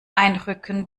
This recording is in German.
einrücken